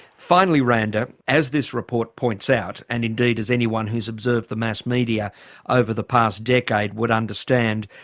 finally, randa, as this report points out, and indeed as anyone who's observed the mass media over the past decade would understand,